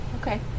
Okay